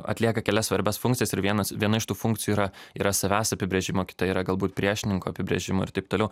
atlieka kelias svarbias funkcijas ir vienas viena iš tų funkcijų yra yra savęs apibrėžimo kita yra galbūt priešininko apibrėžimo ir taip toliau